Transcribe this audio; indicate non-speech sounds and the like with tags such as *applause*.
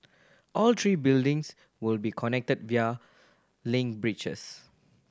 all three buildings will be connected *unintelligible* link bridges